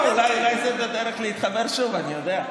לא, אולי זאת הדרך להתחבר שוב, אני יודע?